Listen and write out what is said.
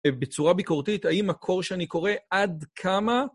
בצורה ביקורתית, האם מקור שאני קורא עד כמה